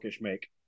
make